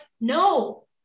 no